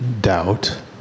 Doubt